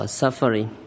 suffering